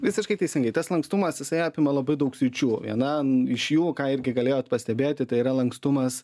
visiškai teisingai tas lankstumas jisai apima labai daug sričių vienam iš jų ką irgi galėjot pastebėti tai yra lankstumas